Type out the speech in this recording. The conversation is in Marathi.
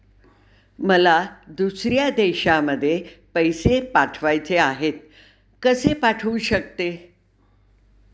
मला दुसऱ्या देशामध्ये पैसे पाठवायचे आहेत कसे पाठवू शकते?